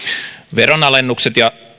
veronalennukset ja